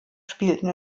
spielten